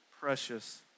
precious